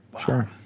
Sure